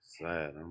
Sad